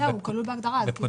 יש הצעה של משרד